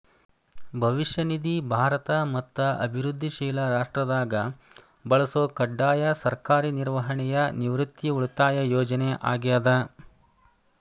ಭವಿಷ್ಯ ನಿಧಿ ಭಾರತ ಮತ್ತ ಅಭಿವೃದ್ಧಿಶೇಲ ರಾಷ್ಟ್ರದಾಗ ಬಳಸೊ ಕಡ್ಡಾಯ ಸರ್ಕಾರಿ ನಿರ್ವಹಣೆಯ ನಿವೃತ್ತಿ ಉಳಿತಾಯ ಯೋಜನೆ ಆಗ್ಯಾದ